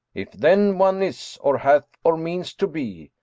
if then one is, or hath, or means to be,